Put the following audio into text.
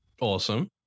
Awesome